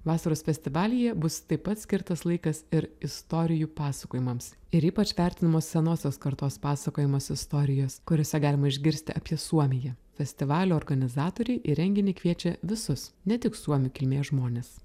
vasaros festivalyje bus taip pat skirtas laikas ir istorijų pasakojimams ir ypač vertinamos senosios kartos pasakojamos istorijos kuriose galima išgirsti apie suomiją festivalio organizatoriai į renginį kviečia visus ne tik suomių kilmės žmones